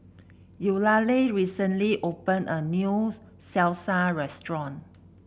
Eulalie recently opened a new Salsa restaurant